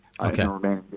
Okay